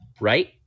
right